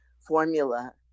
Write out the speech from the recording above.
formula